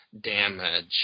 damage